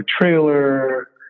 trailer